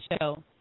show